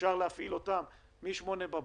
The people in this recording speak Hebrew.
אפשר היה להפעיל אותם מ-08:00 בבוקר,